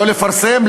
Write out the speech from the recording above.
לא לפרסם,